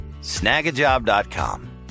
Snagajob.com